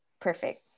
perfect